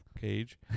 cage